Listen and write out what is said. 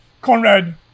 Conrad